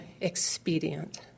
expedient